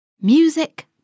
Music